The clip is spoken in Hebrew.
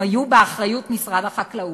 הם היו באחריות משרד החקלאות,